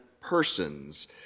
persons